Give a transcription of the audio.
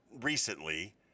recently